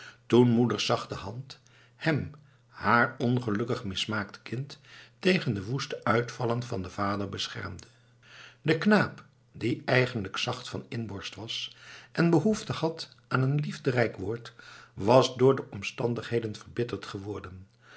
toen moeders zachte hand hem haar ongelukkig mismaakt kind tegen de woeste uitvallen van den vader beschermde de knaap die eigenlijk zacht van inborst was en behoefte had aan een liefderijk woord was door de omstandigheden verbitterd geworden